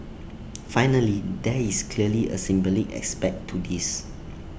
finally there is clearly A symbolic aspect to this